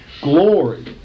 glory